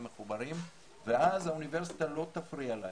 מחוברים ואז האוניברסיטה לא תפריע להם.